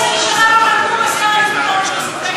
כמעט 15 שנה לא נגעו בשכר הלימוד של הסטודנטים,